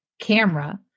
camera